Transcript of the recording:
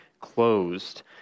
closed